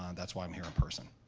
um that's why i'm here in person.